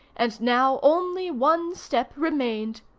and now only one step remained.